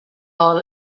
all